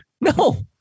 no